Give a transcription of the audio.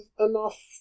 enough